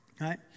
right